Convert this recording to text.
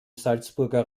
salzburger